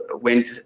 went